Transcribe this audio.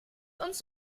uns